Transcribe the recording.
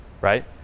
Right